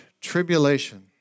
tribulation